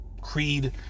creed